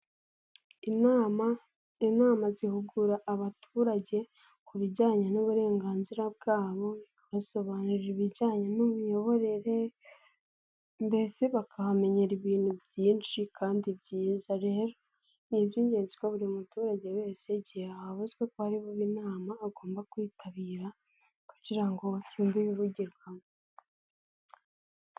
Inama zihugura abaturage ku bijyanye n'uburenganzira bwabo, babasobanurira ibijyanye n'imiyoborere, mbese bakahamenyera ibintu byinshi, kandi byiza. Rero ni iby'ingenzi ko buri muturage wese igihe havuzwe ko hari bube inama agomba kwitabira kugira ngo yumve ibivugirwamo.